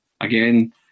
again